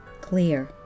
clear